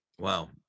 Wow